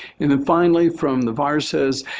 and then finally from the viruses,